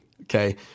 okay